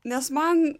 nes man